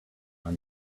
them